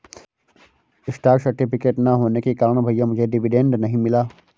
stock certificate ना होने के कारण भैया मुझे डिविडेंड नहीं मिला